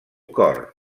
cor